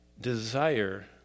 desire